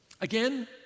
Again